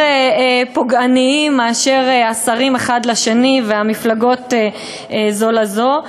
פוגעניים מאשר השרים אחד לשני והמפלגות זו לזו.